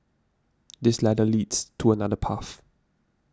this ladder leads to another path